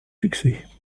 succès